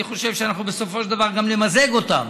ואני חושב שאנחנו בסופו של דבר גם נמזג אותן.